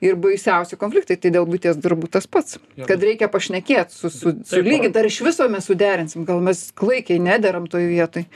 ir baisiausi konfliktai tai dėl buities darbų tas pats kad reikia pašnekėt su su sulygint ar iš viso mes suderinsim gal mes klaikiai nederam toj vietoj